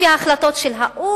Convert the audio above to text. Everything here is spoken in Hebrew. לפחות לפי ההחלטות של האו"ם,